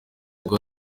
bwa